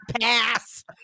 Pass